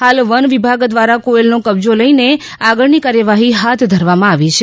હાલ વન વિભાગ દ્વારા કોયલનો કબ્જો લઇને આગળની કાર્યવાહી હાથ ધરવામાં આવી છે